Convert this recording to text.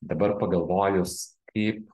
dabar pagalvojus kaip